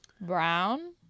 Brown